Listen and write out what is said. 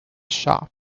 shop